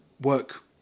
work